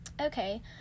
Okay